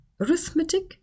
arithmetic